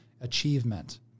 achievement